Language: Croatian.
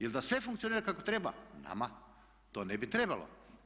Jel da sve funkcionira kako treba, nama to ne bi trebalo.